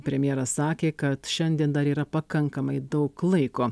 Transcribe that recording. premjeras sakė kad šiandien dar yra pakankamai daug laiko